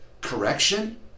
correction